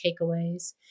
takeaways